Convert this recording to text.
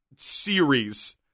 series